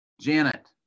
janet